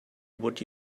would